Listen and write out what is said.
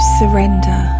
surrender